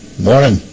Morning